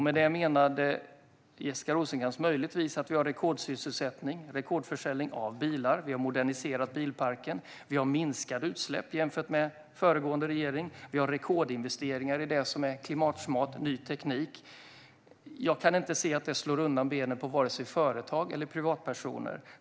Med det menade Jessica Rosencrantz möjligtvis att vi har rekordsysselsättning och rekordförsäljning av bilar. Vi har moderniserat bilparken. Vi har minskade utsläpp jämfört med föregående regering. Vi har rekordinvesteringar i klimatsmart ny teknik. Jag kan inte se att detta skulle slå undan benen på vare sig företag eller privatpersoner.